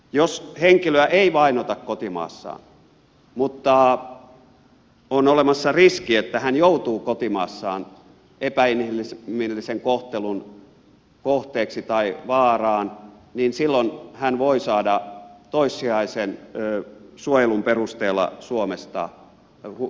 jos henkilöä ei vainota kotimaassaan mutta on olemassa riski että hän joutuu kotimaassaan epäinhimillisen kohtelun kohteeksi tai vaaraan niin silloin hän voi saada toissijaisen suojelun perusteella suomesta oleskeluluvan